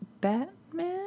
Batman